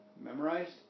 memorized